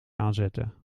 aanzetten